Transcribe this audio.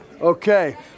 Okay